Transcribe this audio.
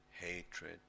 hatred